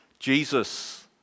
Jesus